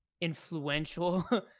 influential